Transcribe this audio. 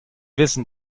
wissen